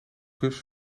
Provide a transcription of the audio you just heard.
kus